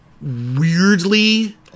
weirdly